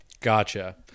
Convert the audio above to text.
Gotcha